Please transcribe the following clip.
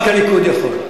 רק הליכוד יכול.